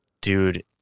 Dude